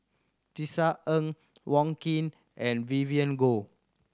Tisa Ng Wong Keen and Vivien Goh